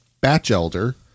Batchelder